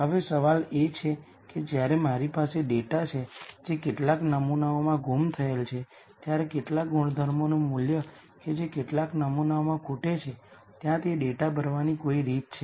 હવે સવાલ એ છે કે જ્યારે મારી પાસે ડેટા છે જે કેટલાક નમૂનાઓમાં ગુમ થયેલ છે ત્યારે કેટલાક ગુણધર્મોનું મૂલ્ય કે જે કેટલાક નમૂનાઓમાં ખૂટે છે ત્યાં તે ડેટા ભરવાની કોઈ રીત છે